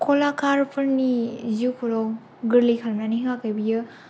कलाकारफोरनि जिउखौल' गोरलै खालामनानै होआखै बियो